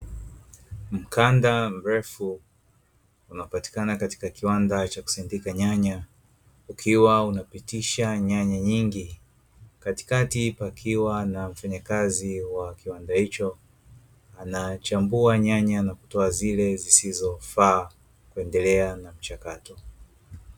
Mkanda mrefu, unapatikana katika kiwanda cha kusindika nyanya, ukiwa unapitisha nyanya nyingi. Katikati pakiwa na mfanyakazi wa kiwanda hicho, anachambua nyanya na kutoa zile zisizofaa, kuendelea na mchakato.